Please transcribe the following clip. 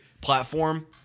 platform